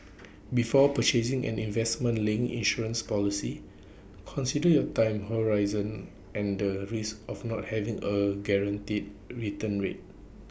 before purchasing an investment linked insurance policy consider your time horizon and the risks of not having A guaranteed return rate